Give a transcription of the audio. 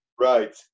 Right